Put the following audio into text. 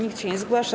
Nikt się nie zgłasza.